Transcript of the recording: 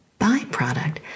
byproduct